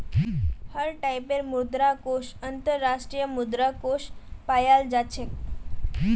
हर टाइपेर मुद्रा कोष अन्तर्राष्ट्रीय मुद्रा कोष पायाल जा छेक